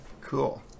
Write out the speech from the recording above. cool